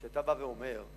כשאתה בא ואומר: